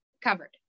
covered